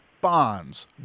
bonds